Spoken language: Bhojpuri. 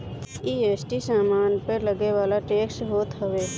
जी.एस.टी सामान पअ लगेवाला टेक्स होत हवे